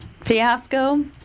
fiasco